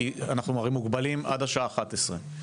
אנחנו מוגבלים עד השעה 11:00,